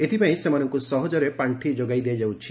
ଏଥିପାଇଁ ସେମାନଙ୍କୁ ସହଜରେ ପାଣ୍ଠି ଯୋଗାଇ ଦିଆଯାଉଛି